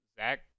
Zach